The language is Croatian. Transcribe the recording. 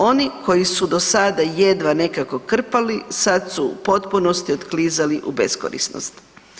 Oni koji su do sada jedva nekako krpali sad su u potpunosti odsklizali u beskorisnost.